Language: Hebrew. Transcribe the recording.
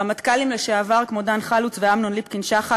רמטכ"לים לשעבר כמו דן חלוץ ואמנון ליפקין-שחק